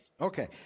Okay